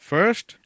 First